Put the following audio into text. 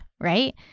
right